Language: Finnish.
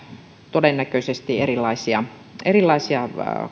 todennäköisesti erilaisia erilaisia